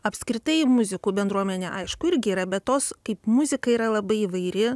apskritai muzikų bendruomenė aišku irgi yra bet tos kaip muzika yra labai įvairi